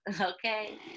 Okay